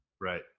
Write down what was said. Right